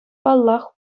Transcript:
паллах